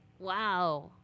Wow